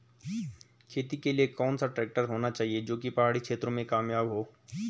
खेती के लिए कौन सा ट्रैक्टर होना चाहिए जो की पहाड़ी क्षेत्रों में कामयाब हो?